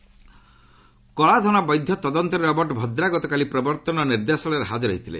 ED Vadra କଳାଧନ ବୈଧ ତଦନ୍ତରେ ରବର୍ଟ ଭଦ୍ରା ଗତକାଲି ପ୍ରବର୍ତ୍ତନ ନିର୍ଦ୍ଦେଶାଳୟରେ ହାଜର ହୋଇଥିଲେ